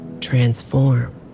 transform